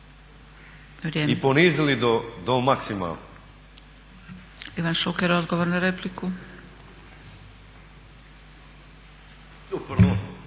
i ponizili do maksimuma.